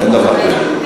אין דבר כזה.